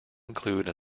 include